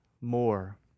more